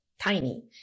tiny